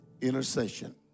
intercession